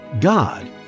God